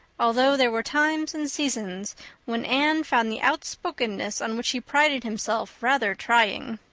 although there were times and seasons when anne found the outspokenness on which he prided himself rather trying.